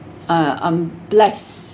uh I'm blessed